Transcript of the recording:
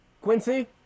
Quincy